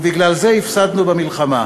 ובגלל זה הפסדנו במלחמה".